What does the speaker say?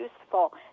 useful